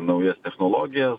naujas technologijas